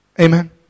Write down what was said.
Amen